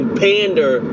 pander